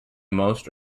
most